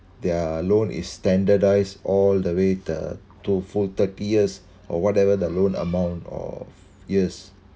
their loan is standardised all the way the to full thirty years or whatever the loan amount or years